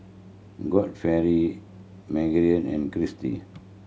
Godfrey Maegan and Kristy